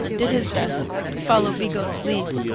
did his best to follow bigot's lead.